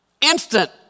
instant